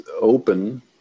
open